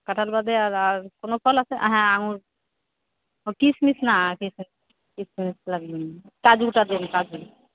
কাঁঠাল বাদে আর আর কোনো ফল আছে হ্যাঁ আঙুর ও কিশমিশ না কিশমিশ কিশমিশ লাগবে না কাজুটা দিন কাজু